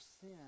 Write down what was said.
sin